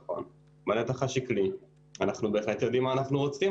מהנתח השקלי אנחנו בהחלט יודעים מה אנחנו רוצים,